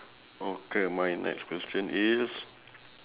okay my next question is